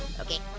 okay,